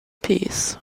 peace